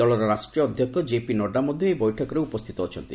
ଦଳର ରାଷ୍ଟ୍ରୀୟ ଅଧ୍ୟକ୍ଷ କେପି ନଡ଼ୁ ମଧ୍ୟ ଏହି ବୈଠକରେ ଉପସ୍ଥିତ ଅଛନ୍ତି